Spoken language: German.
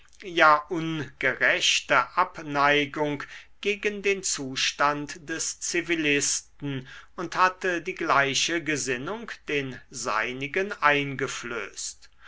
ja ungerechte abneigung gegen den zustand des zivilisten und hatte die gleiche gesinnung den seinigen eingeflößt